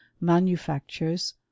manufactures